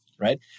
right